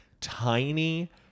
tiny